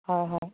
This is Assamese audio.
হয় হয়